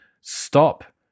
stop